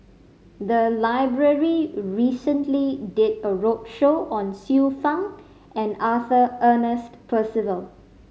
the library recently did a roadshow on Xiu Fang and Arthur Ernest Percival